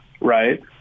right